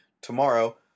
tomorrow